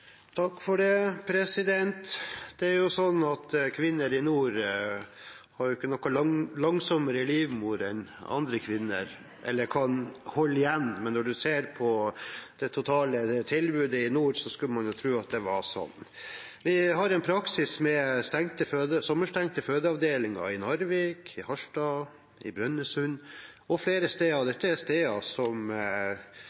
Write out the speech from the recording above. Kvinner i nord har jo ikke noen langsommere livmor enn andre kvinner, eller at de kan holde igjen, men når en ser på det totale tilbudet i nord, skulle man tro at det var sånn. Vi har en praksis med sommerstengte fødeavdelinger i Narvik, i Harstad, i Brønnøysund og flere andre steder, og de som sokner til disse stedene, har allerede fra før av en lang reisevei. Hva vil regjeringen gjøre for at det